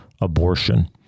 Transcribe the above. abortion